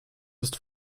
ist